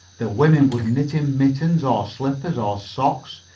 the women would knit him mittens, or slippers, or socks,